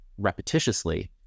repetitiously